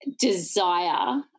desire